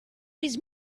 was